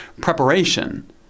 preparation